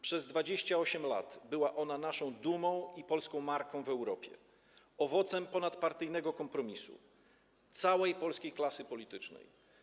Przez 28 lat była ona naszą dumą i polską marką w Europie, owocem ponadpartyjnego kompromisu całej polskiej klasy politycznej.